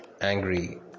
angry